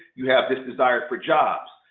you have this desire for jobs.